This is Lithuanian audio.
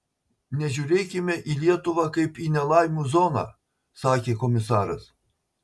nežiūrėkime į lietuvą kaip į nelaimių zoną sakė komisaras